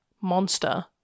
monster